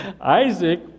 Isaac